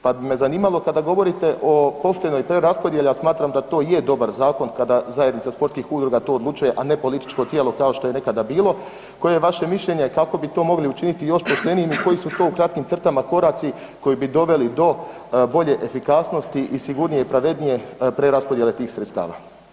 Pa bi me zanimalo kada govorite o poštenoj preraspodjeli, a smatram da je to dobar zakon kada zajednica sportskih udruga to odlučuje, a ne političko tijelo kao što je nekada bilo, koje je vaše mišljenje kako bi to mogli učiniti još poštenijim i koji su to u kratkim crtama koraci koji bi doveli do bolje efikasnosti i sigurnije i pravednije preraspodjele tih sredstava.